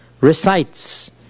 recites